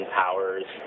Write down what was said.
powers